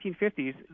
1950s